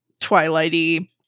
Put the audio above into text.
twilighty